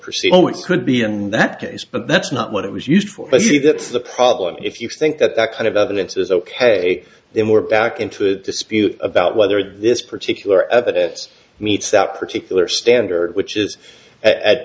to could be in that case but that's not what it was used for but that's the problem if you think that that kind of evidence is ok then we're back into a dispute about whether this particular evidence meets that particular standard which is at